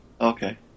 okay